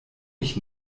ich